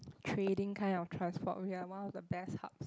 trading kind of transport we're one of the best hubs